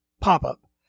pop-up